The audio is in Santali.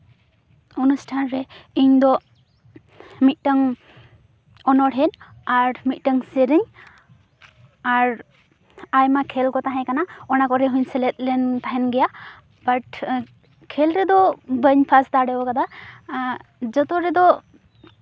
ᱚᱱᱟ ᱚᱱᱩᱥᱴᱷᱟᱱ ᱨᱮ ᱤᱧᱫᱚ ᱢᱤᱫᱴᱟᱱ ᱚᱱᱚᱲᱦᱮᱸ ᱟᱨ ᱢᱤᱫᱴᱟᱱ ᱥᱮᱨᱮᱧ ᱟᱨ ᱟᱭᱢᱟ ᱠᱷᱮᱞ ᱠᱚ ᱛᱟᱦᱮᱸ ᱠᱟᱱᱟ ᱚᱱᱟ ᱠᱚᱨᱮ ᱦᱚᱸᱧ ᱥᱮᱞᱮᱫ ᱞᱮᱱ ᱛᱟᱦᱮᱱ ᱜᱮᱭᱟ ᱟᱨ ᱠᱷᱮᱞ ᱨᱮᱫᱚ ᱵᱟᱹᱧ ᱯᱷᱟᱥ ᱫᱟᱲᱮᱣ ᱟᱠᱟᱫᱟ ᱡᱚᱛᱚ ᱨᱮᱫᱚ